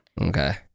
Okay